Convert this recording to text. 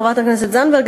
חברת הכנסת זנדברג,